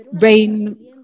rain